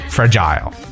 Fragile